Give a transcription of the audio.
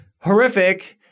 horrific